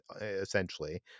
essentially